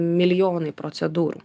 milijonai procedūrų